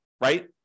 right